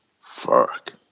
Fuck